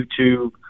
YouTube